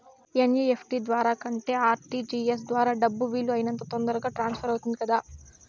NEFT ద్వారా కంటే RTGS ద్వారా డబ్బు వీలు అయినంత తొందరగా ట్రాన్స్ఫర్ అవుతుంది కదా